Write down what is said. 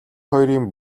хоёрын